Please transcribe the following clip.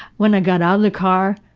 when i got out of the car,